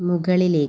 മുകളിലേക്ക്